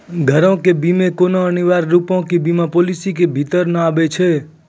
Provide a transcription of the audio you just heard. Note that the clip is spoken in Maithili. घरो के बीमा कोनो अनिवार्य रुपो के बीमा पालिसी के भीतर नै आबै छै